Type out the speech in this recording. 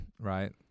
right